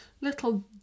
Little